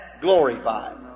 glorified